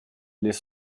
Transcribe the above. les